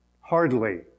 Hardly